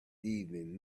evening